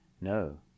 No